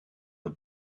the